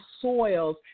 soils